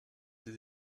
des